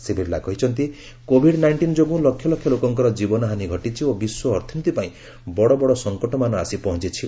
ଶ୍ରୀ ବିର୍ଲା କହିଛନ୍ତି covid nineteen ଯୋଗୁଁ ଲକ୍ଷଲକ୍ଷ ଲୋକଙ୍କର ଜୀବନହାନୀ ଘଟିଛି ଓ ବିଶ୍ୱ ଅର୍ଥନୀତି ପାଇଁ ବଡ଼ବଡ଼ ସଂକଟମାନ ଆସି ପହଞ୍ଚୁଛି